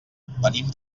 venim